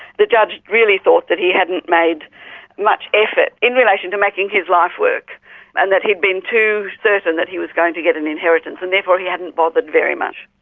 the judge really thought that he hadn't made much effort in relation to making his life work and that he had been too certain that he was going to get an inheritance and therefore he hadn't bothered very much.